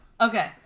Okay